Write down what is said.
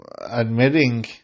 admitting